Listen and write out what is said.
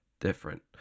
different